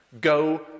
Go